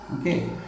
okay